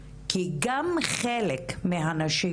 כי גם חלק מהנשים,